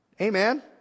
Amen